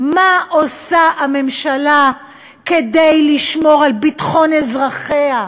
מה עושה הממשלה כדי לשמור על ביטחון אזרחיה?